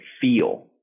feel